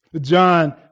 John